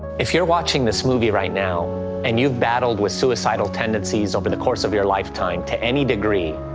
if you're watching this movie right now and you've battled with suicidal tendencies over the course of your lifetime, to any degree,